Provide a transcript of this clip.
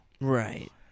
Right